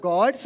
God